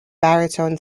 baritone